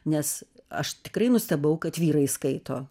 nes aš tikrai nustebau kad vyrai skaito